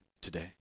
today